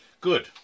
Good